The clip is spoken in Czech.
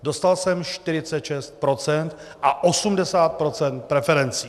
Dostal jsem 46 % a 80 % preferencí.